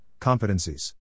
competencies